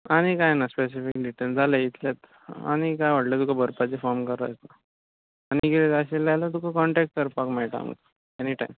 आनी कांय ना स्पॅसिफिक लिट्टल जालें इतलेंच आनी कांय व्हडलें तुका भरपाचें फॉम गरज ना आनी कितें जाय आशिल्लें जाल्या तुका कॉण्टॅक करपाक मेळटा एनी टायम